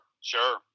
sure